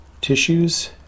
tissues